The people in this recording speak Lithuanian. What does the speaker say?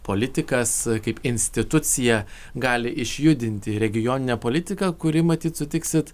politikas kaip institucija gali išjudinti regioninę politiką kuri matyt sutiksit